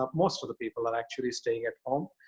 um most of the people that actually staying at home.